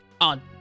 on